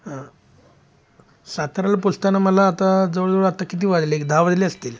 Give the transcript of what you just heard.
हा साताऱ्याला पोहचताना मला आता जवळजवळ आत्ता किती वाजले एक दहा वाजले असतील